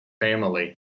family